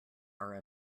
are